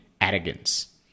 arrogance